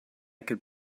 could